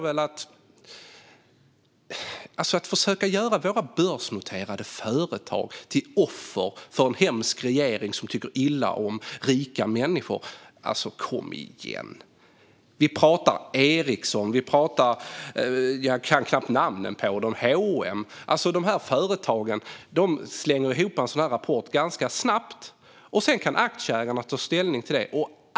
Du försöker göra våra börsnoterade företag till offer för en hemsk regering som tycker illa om rika människor. Kom igen! Vi pratar om Ericsson, och vi pratar om H&M. De företagen slänger ihop en sådan rapport ganska snabbt. Sedan kan aktieägarna ta ställning till dem.